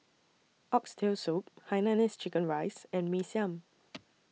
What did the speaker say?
Oxtail Soup Hainanese Chicken Rice and Mee Siam